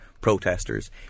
protesters